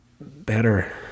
better